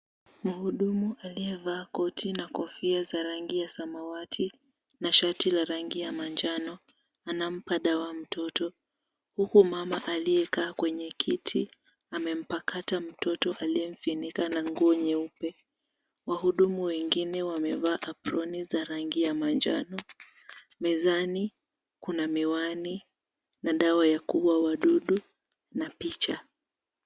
Mhudumu, aliyevaa koti na kofia za rangi ya samawati na shati la rangi ya manjano, anampa dawa mtoto. Huku mama aliyekaa kwenye kiti amempakata mtoto aliyemfunika na nguo nyeupe. Wahudumu wengine wamevaa aproni za rangi ya manjano. Mezani kuna miwani na dawa ya kuwa wadudu na picha.